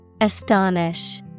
Astonish